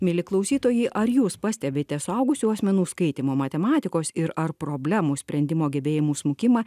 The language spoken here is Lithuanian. mieli klausytojai ar jūs pastebite suaugusių asmenų skaitymo matematikos ir ar problemų sprendimo gebėjimų smukimą